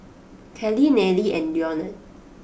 Karley Nayely and Leonard